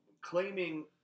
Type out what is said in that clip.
claiming